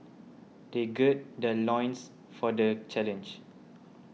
they gird their loins for the challenge